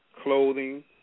clothing